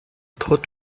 thought